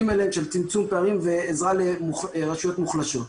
אליהם של צמצום פערים ועזרה לרשויות מוחלשות.